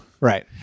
Right